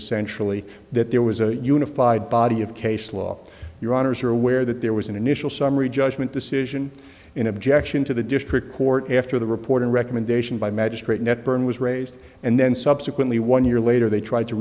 essentially the there was a unified body of case law your honour's are aware that there was an initial summary judgment decision in objection to the district court after the report and recommendation by magistrate net burn was raised and then subsequently one year later they tried to